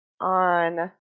on